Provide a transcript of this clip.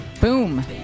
Boom